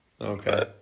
okay